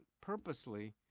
purposely